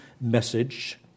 message